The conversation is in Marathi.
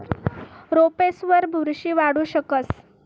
रोपेसवर बुरशी वाढू शकस